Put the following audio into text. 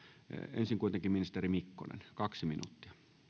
ensin kuitenkin ministeri mikkonen kaksi minuuttia